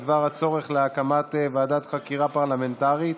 בנושא: הצורך להקים ועדת חקירה פרלמנטרית